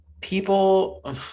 People